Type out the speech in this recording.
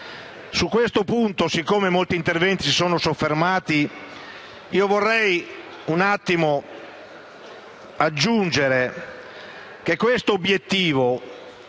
Su questo punto, su cui molti interventi si sono soffermati, vorrei aggiungere che questo obiettivo,